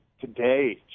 today